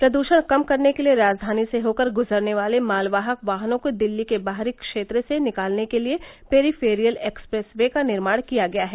प्रद्वषण कम करने के लिए राजधानी से होकर गुजरने वाले मालवाहक वाहनों को दिल्ली के बाहरी क्षेत्र से निकालने के लिए पेरीफेरियल एक्सप्रैस वे का निर्माण किया गया है